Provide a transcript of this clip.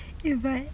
ya but